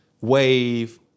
wave